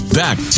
back